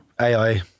AI